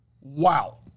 Wow